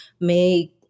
make